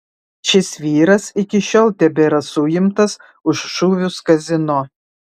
šis vyras iki šiol tebėra suimtas už šūvius kazino